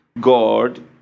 God